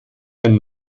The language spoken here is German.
ein